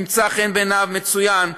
ימצא חן בעיניו, מצוין.